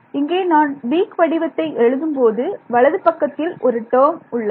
இங்கே நான் வீக் வடிவத்தை எழுதும்போது வலது பக்கத்தில் ஒரு டேர்ம் உள்ளது